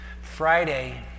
Friday